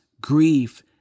grief